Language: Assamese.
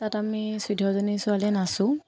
তাত আমি চৈধ্যজনী ছোৱালীয়ে নাচোঁ